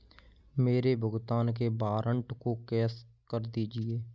मेरे भुगतान के वारंट को कैश कर दीजिए